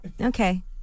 Okay